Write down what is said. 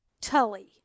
Tully